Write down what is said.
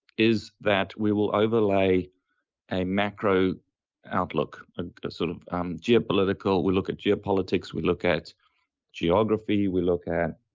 is that we will overlay a macro outlook. and a sort of um geopolitical, we look at geopolitics, we look at geography, we look at